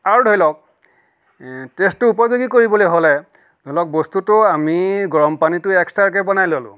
আৰু ধৰি লওক টেষ্টটো উপযোগী কৰিবলৈ হ'লে ধৰি লওক বস্তুটো আমি গৰম পানীটো এক্সট্ৰাকৈ বনাই ল'লোঁ